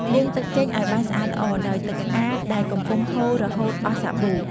លាងទឹកចេញ ឱ្យបានស្អាតល្អ ដោយទឹកស្អាតដែលកំពុងហូររហូតអស់សាប៊ូ។